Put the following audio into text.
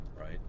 right